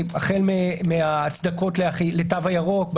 הצדקות לתו הירוק,